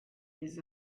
les